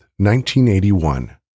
1981